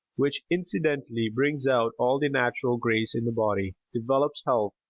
which incidentally brings out all the natural grace in the body, develops health,